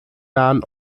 nahen